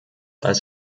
als